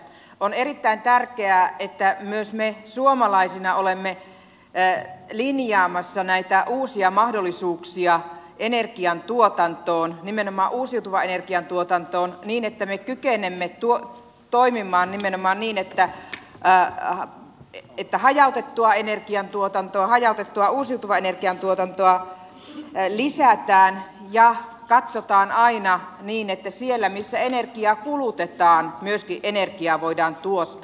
on erittäin tärkeää että myös me suomalaisina olemme linjaamassa näitä uusia mahdollisuuksia energiantuotantoon nimenomaan uusiutuvan energian tuotantoon niin että me kykenemme toimimaan nimenomaan niin että hajautettua energiantuotantoa hajautettua uusiutuvan energian tuotantoa lisätään ja katsotaan aina että siellä missä energiaa kulutetaan myöskin energiaa voidaan tuottaa